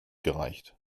gereicht